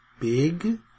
big